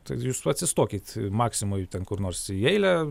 tai jūs atsistokit maksimoj ten kur nors į eilę